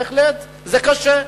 בהחלט, זה קשה,